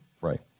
right